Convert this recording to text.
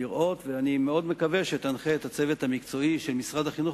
אני מאוד מקווה שתנחה את הצוות המקצועי של משרד החינוך,